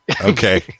Okay